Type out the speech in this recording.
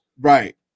right